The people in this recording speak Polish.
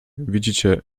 widzicie